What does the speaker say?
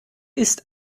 ist